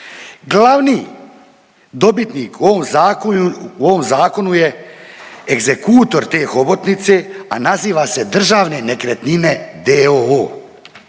Glavni dobitnik u ovom zakonu je egzekutor te hobotnice, a naziva se Državne nekretnine